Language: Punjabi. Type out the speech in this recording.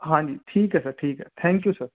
ਹਾਂਜੀ ਠੀਕ ਐ ਸਰ ਠੀਕ ਐ ਥੈਂਕਯੂ ਸਰ